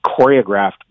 choreographed